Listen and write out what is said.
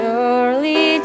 Surely